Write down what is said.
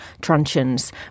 truncheons